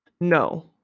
no